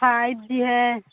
five G है